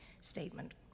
statement